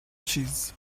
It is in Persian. چیز